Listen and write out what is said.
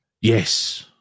Yes